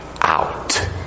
out